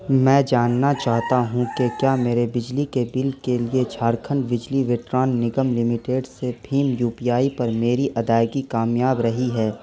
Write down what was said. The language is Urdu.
میں جاننا چاہتا ہوں کہ کیا میرے بجلی کے بل کے لیے جھارکھنڈ بجلی وٹران نگم لمیٹڈ سے بھیم یو پی آئی پر میری ادائیگی کامیاب رہی ہے